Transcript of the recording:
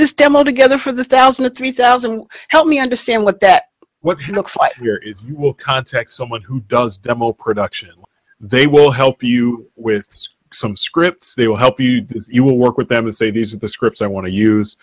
this demo together for the thousand or three thousand help me understand what that what he looks like here is contact someone who does demo production they will help you with some scripts they will help you you will work with them and say these are the scripts i want to use